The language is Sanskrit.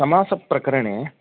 समासप्रकरणे